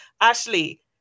Ashley